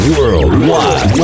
Worldwide